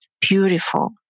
beautiful